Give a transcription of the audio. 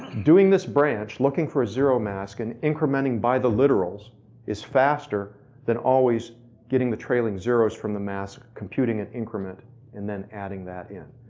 doing this branch, looking for you zero mask and incrementing by the literals is faster than always getting the trailing zeros from the mask, computing in increment and then adding that in.